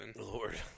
Lord